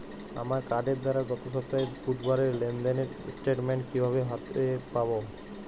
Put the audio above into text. আমার কার্ডের দ্বারা গত সপ্তাহের বুধবারের লেনদেনের স্টেটমেন্ট কীভাবে হাতে পাব?